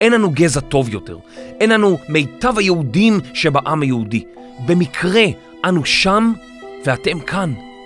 אין לנו גזע טוב יותר, אין לנו מיטב היהודים שבעם היהודי. במקרה, אנו שם ואתם כאן.